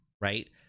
right